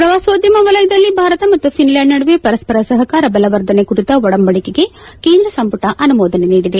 ಪ್ರವಾಸೋದ್ಯಮ ವಲಯದಲ್ಲಿ ಭಾರತ ಮತ್ತು ಫಿನ್ಲ್ಲಾಂಡ್ ನಡುವೆ ಪರಸ್ವರ ಸಹಕಾರ ಬಲವರ್ಧನೆ ಕುರಿತ ಒಡಂಬಡಿಕೆಗೆ ಕೇಂದ್ರ ಸಂಪುಟ ಅನುಮೋದನೆ ನೀಡಿದೆ